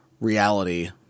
reality